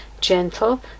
gentle